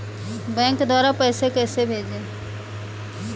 Bank द्वारा पैसे कैसे भेजें?